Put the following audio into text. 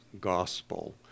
gospel